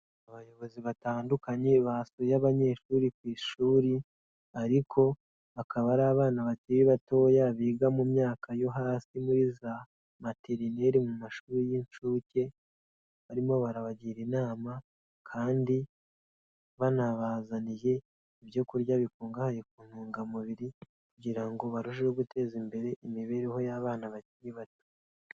Abayobozi batandukanye basuye abanyeshuri ku ishuri ariko akaba ari abana bakiri batoya biga mu myaka yo hasi muri za materineri, mu mashuri y'incuke, barimo barabagira inama kandi banabazaniye ibyo kurya bikungahaye ku ntungamubiri kugira ngo barusheho guteza imbere imibereho y'abana bakiri bato.